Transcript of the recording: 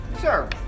Sure